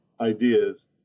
ideas